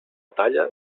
talla